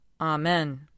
Amen